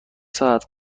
ساعت